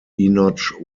enoch